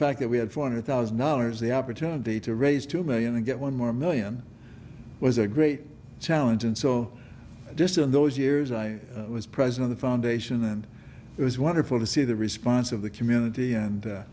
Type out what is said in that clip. fact that we had four hundred thousand dollars the opportunity to raise two million and get one more million was a great challenge and so just in those years i was present on the foundation and it was wonderful to see the response of the community and